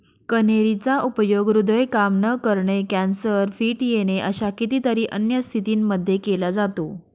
कन्हेरी चा उपयोग हृदय काम न करणे, कॅन्सर, फिट येणे अशा कितीतरी अन्य स्थितींमध्ये केला जातो